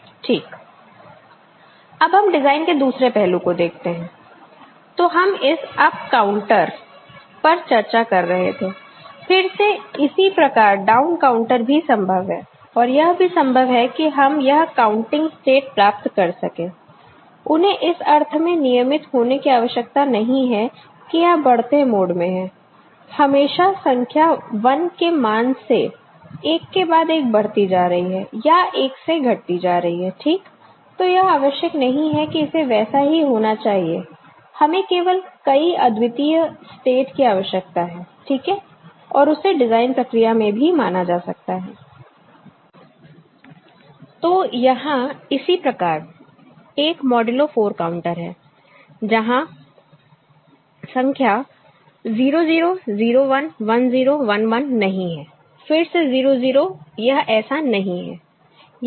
ठीक अब हम डिज़ाइन के दूसरे पहलू को देखते हैं तो हम इस अप काउंटर पर चर्चा कर रहे थे फिर से इसी प्रकार डाउन काउंटर भी संभव है और यह भी संभव है कि हम यह काउंटिंग स्टेट प्राप्त कर सकें उन्हें इस अर्थ में नियमित होने की आवश्यकता नहीं है कि यह बढ़ते मोड में है हमेशा संख्या 1 के मान से एक के बाद एक बढ़ती जा रही है या 1 से घटती जा रही है ठीक तो यह आवश्यक नहीं है कि इसे वैसा ही होना चाहिए हमें केवल कई अद्वितीय स्टेट की आवश्यकता है ठीक है और उसे डिजाइन प्रक्रिया में भी माना जा सकता है तो यहां इसी प्रकार एक मॉड्यूलो 4 काउंटर है जहां संख्या 0 0 0 1 1 0 1 1 नहीं है फिर से 0 0 यह ऐसा नहीं है यह क्या है